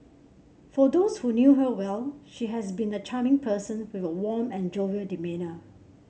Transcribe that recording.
for those who knew her well she has been a charming person with a warm and jovial demeanour